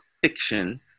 fiction